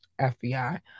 FBI